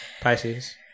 pisces